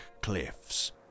cliffs